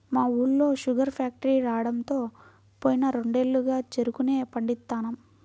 మా ఊళ్ళో sugar factory రాడంతో పోయిన రెండేళ్లుగా చెరుకునే పండిత్తన్నాం